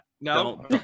no